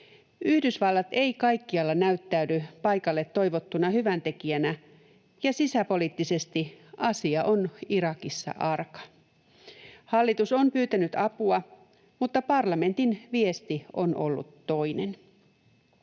Yhdysvallat ei kaikkialla näyttäydy paikalle toivottuna hyväntekijänä, ja sisäpoliittisesti asia on Irakissa arka. Hallitus on pyytänyt apua, mutta parlamentin viesti on ollut toinen.